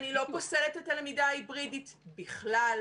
אני לא פוסלת את הלמידה ההיברידית בכלל.